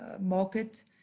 market